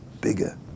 bigger